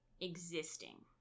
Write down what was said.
Existing